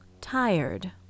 tired